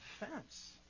offense